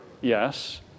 Yes